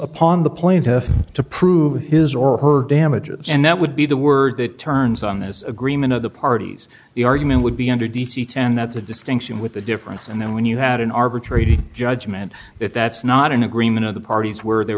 plaintiff to prove his or her damages and that would be the word that turns on this agreement of the parties the argument would be under d c ten that's a distinction with a difference and then when you had an arbitrary judgement if that's not an agreement of the parties where there